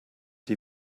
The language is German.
die